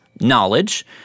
knowledge